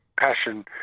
passion